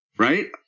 right